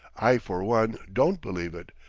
i, for one, don't believe it.